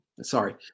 sorry